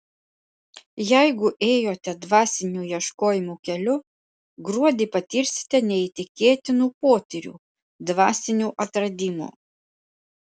jeigu ėjote dvasinių ieškojimų keliu gruodį patirsite neįtikėtinų potyrių dvasinių atradimų